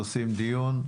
עושים דיון,